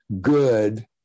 good